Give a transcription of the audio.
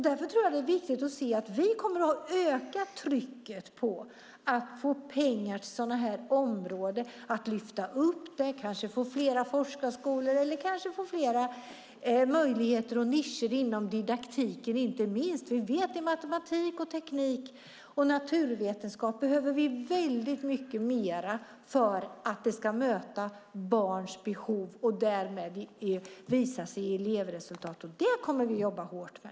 Därför tror jag att det är viktigt att se att vi kommer att öka trycket på att få pengar till sådana här områden och lyfta upp det för att kanske få fler forskarskolor eller fler möjligheter och nischer inom inte minst didaktiken. I matematik, teknik och naturvetenskap behöver vi väldigt mycket mer för att det ska möta barns behov och därmed visa sig i elevresultaten. Det kommer vi att jobba hårt med.